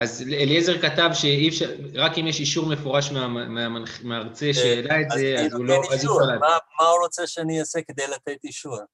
אז אליעזר כתב שאי אפשר, רק אם יש אישור מפורש מה... מהמנח... מהמרצה שידע את זה, אז הוא לא... - אז אני אתן אישור. מה הוא רוצה שאני אעשה כדי לתת אישור?